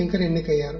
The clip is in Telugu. శంకర్ ఎన్ని కయ్యారు